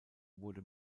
wurde